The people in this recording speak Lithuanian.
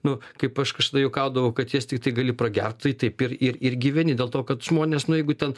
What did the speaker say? nu kaip aš kažkada juokaudavau kad juos tiktai gali pragert tai taip ir ir ir gyveni dėl to kad žmonės nu jeigu ten